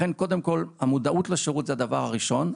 לכן, קודם כול המודעות לשירות זה הדבר הראשון.